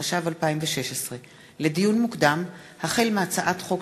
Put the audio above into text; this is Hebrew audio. התשע"ו 2016. לדיון מוקדם: החל בהצעת חוק